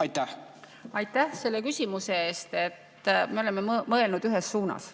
Nii. Aitäh selle küsimuse eest! Me oleme mõelnud ühes suunas.